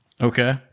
okay